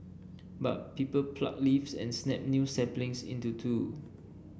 but people pluck leaves and snap new saplings into two